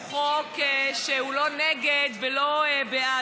הוא חוק שהוא לא נגד ולא בעד.